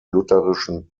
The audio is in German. lutherischen